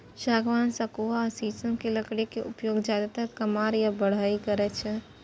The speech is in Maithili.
सागवान, सखुआ, शीशम के लकड़ी के उपयोग जादेतर कमार या बढ़इ करै छै